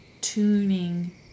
tuning